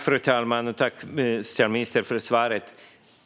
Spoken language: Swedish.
Fru talman! Jag tackar socialministern för svaret.